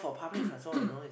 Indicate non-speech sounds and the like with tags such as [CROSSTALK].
[COUGHS]